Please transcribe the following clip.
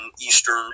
eastern